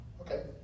okay